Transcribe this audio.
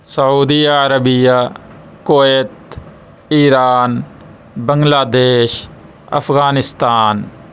سعودیہ عربیہ Kuwait Iran Bangladesh Afghanistan